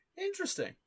Interesting